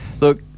Look